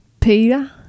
Peter